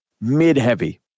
mid-heavy